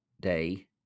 day